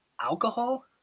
alcohol